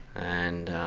and